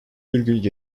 virgül